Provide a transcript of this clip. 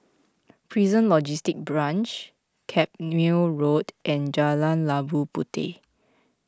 Prison Logistic Branch Carpmael Road and Jalan Labu Puteh